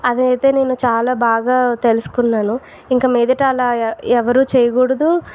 అది అయితే నేను చాలబాగా తెలుసుకున్నాను ఇంకమీదట అలా ఎవరు చేయకూడదు